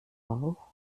auch